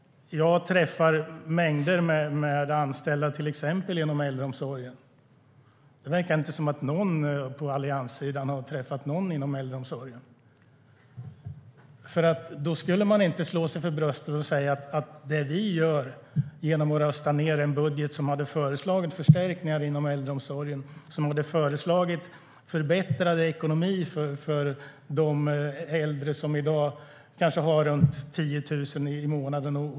Jag träffar mängder med anställda inom bland annat äldreomsorgen. Det verkar inte som om någon på allianssidan har träffat några inom äldreomsorgen. I så fall skulle man inte slå sig för bröstet och säga att man röstat ned en budget som föreslog förstärkningar till äldreomsorgen och förbättrad ekonomi för de äldre som i dag kanske har 10 000 eller mindre i månaden.